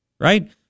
right